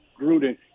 Gruden